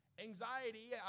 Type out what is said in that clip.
Anxiety